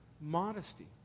modesty